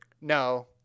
No